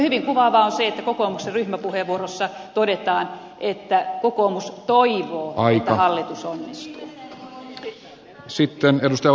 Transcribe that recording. hyvin kuvaavaa on se että kokoomuksen ryhmäpuheenvuorossa todetaan että kokoomus toivoo että hallitus onnistuu